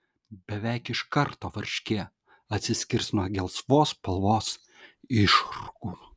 beveik iš karto varškė atsiskirs nuo gelsvos spalvos išrūgų